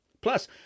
Plus